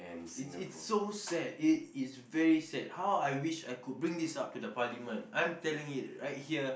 it's it's so sad it is very sad how I wish I could bring this to the parliament I'm telling it right here